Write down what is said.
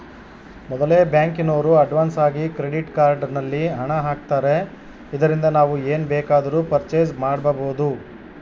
ಮೊದಲೆ ಬ್ಯಾಂಕಿನೋರು ಅಡ್ವಾನ್ಸಾಗಿ ಕ್ರೆಡಿಟ್ ಕಾರ್ಡ್ ನಲ್ಲಿ ಹಣ ಆಗ್ತಾರೆ ಇದರಿಂದ ನಾವು ಏನ್ ಬೇಕಾದರೂ ಪರ್ಚೇಸ್ ಮಾಡ್ಬಬೊದು